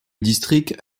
district